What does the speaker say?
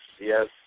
yes